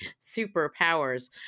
superpowers